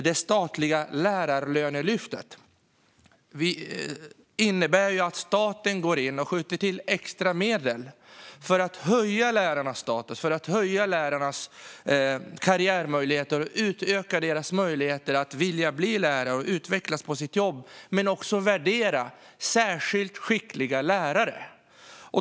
Det innebär att staten går in och skjuter till extra medel för att höja lärarnas status, öka deras karriärmöjligheter, utöka möjligheterna att vilja bli lärare och utvecklas på sitt jobb samt värdera särskilt skickliga lärare.